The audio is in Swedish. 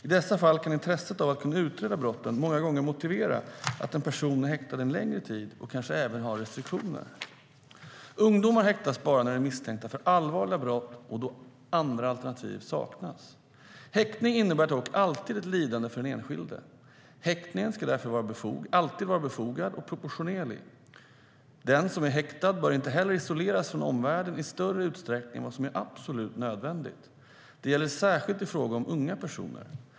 I dessa fall kan intresset av att kunna utreda brotten många gånger motivera att en person är häktad en längre tid och kanske även har restriktioner. Ungdomar häktas bara när de är misstänkta för allvarliga brott och då andra alternativ saknas. Häktning innebär dock alltid ett lidande för den enskilde. Häktningen ska därför alltid vara befogad och proportionerlig. Den som är häktad bör inte heller isoleras från omvärlden i större utsträckning än vad som är absolut nödvändigt. Det gäller särskilt i fråga om unga personer.